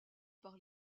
par